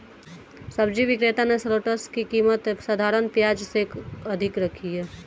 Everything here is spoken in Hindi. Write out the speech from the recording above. सब्जी विक्रेता ने शलोट्स की कीमत साधारण प्याज से अधिक रखी है